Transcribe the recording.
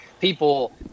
people